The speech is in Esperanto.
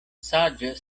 saĝa